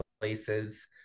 places